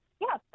Yes